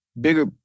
bigger